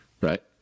Right